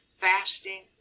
fasting